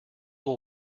will